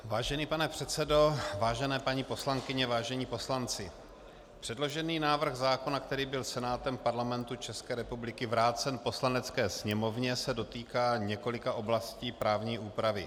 Vážený pane předsedo, vážené paní poslankyně, vážení poslanci, předložený návrh zákona, který byl Senátem Parlamentu ČR vrácen Poslanecké sněmovně, se dotýká několika oblastí právní úpravy.